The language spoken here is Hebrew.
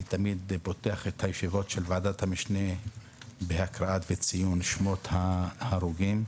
תמיד פותח את הישיבות של ועדת המשנה בהקראה וציון שמות ההרוגים.